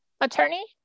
attorney